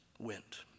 went